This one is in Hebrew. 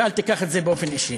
ואל תיקח את זה באופן אישי.